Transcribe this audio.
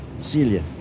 Celia